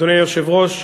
אדוני היושב-ראש,